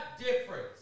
difference